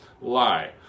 lie